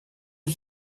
are